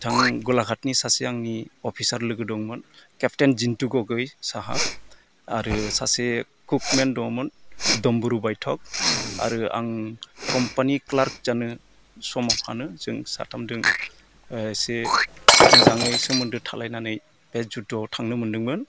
बिथां गलाघातनि सासे आंनि अफिसार लोगो दंमोन खेपटेन जिन्तु गगोइ साहाब आरो सासे खुकमेन दङमोन दमबुरु बायथक आरो आं कम्पानि ख्लार्क जानो सामाव खानो जों साथामदों इसे मोजाङै सोमोन्दो थालायनानै बे जुद्ध'आव थांनो मोनदोंमोन